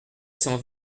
cent